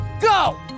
Go